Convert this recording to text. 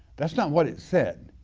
that's not what it said,